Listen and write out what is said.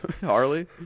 Harley